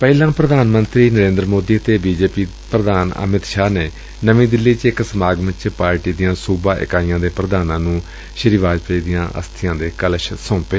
ਪਹਿਲਾਂ ਪ੍ਰਧਾਨ ਮੰਤਰੀ ਨਰੇਂਦਰ ਮੋਦੀ ਅਤੇ ਬੀਜੇਪੀ ਪ੍ਰਧਾਨ ਅਮਿਤ ਸ਼ਾਹ ਨੇ ਨਵੀਂ ਦਿੱਲੀ ਚ ਇਕ ਸਮਾਗਮ ਚ ਪਾਰਟੀ ਦੀਆਂ ਸੁਬਾ ਇਕਾਈਆਂ ਦੇ ਪੁਧਾਨਾਂ ਨੂੰ ਅਸਥੀਆਂ ਦੇ ਕਲਸ਼ ਸੌਪੇ